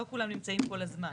לא כולם נמצאים כל הזמן.